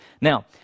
Now